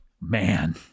man